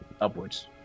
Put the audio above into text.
upwards